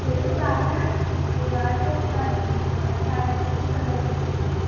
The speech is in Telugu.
తెలుగు భాష ఈ వారసత్వాన్ని ప్రపంచానికి ప్రదర్శిస్తుంది